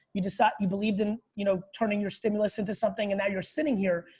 you decide, you believed in, you know, turning your stimulus into something and now you're sitting here.